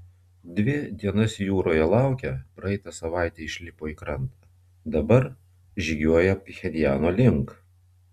dvi dienas jūroje laukę praeitą savaitę išlipo į krantą dabar žygiuoja pchenjano link